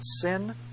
sin